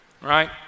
right